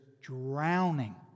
drowning